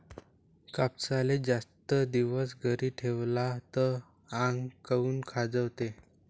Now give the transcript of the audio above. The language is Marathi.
कापसाले जास्त दिवस घरी ठेवला त आंग काऊन खाजवते?